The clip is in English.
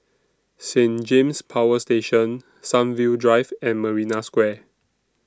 Saint James Power Station Sunview Drive and Marina Square